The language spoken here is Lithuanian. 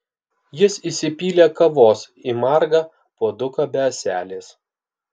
jis įsipylė kavos į margą puoduką be ąselės